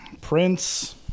Prince